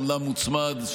אומנם מוצמד,